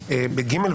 יישמר,